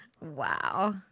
Wow